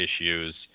issues